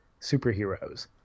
superheroes